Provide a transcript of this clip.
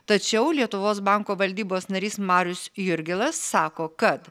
tačiau lietuvos banko valdybos narys marius jurgilas sako kad